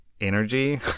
energy